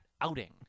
outing